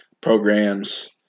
programs